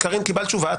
קיבלת תשובה.